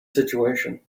situation